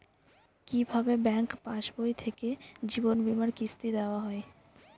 কি ভাবে ব্যাঙ্ক পাশবই থেকে জীবনবীমার কিস্তি দেওয়া হয়?